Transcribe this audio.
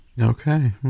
okay